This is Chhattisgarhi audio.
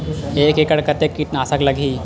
एक एकड़ कतेक किट नाशक लगही?